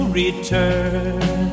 return